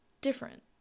different